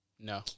No